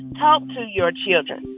talk to your children.